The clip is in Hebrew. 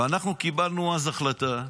ואנחנו קיבלנו אז החלטה,